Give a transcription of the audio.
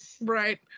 Right